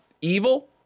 evil